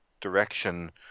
direction